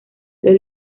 los